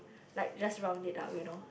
like just round it up you know